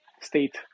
state